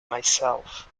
myself